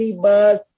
bus